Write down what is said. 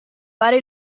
fare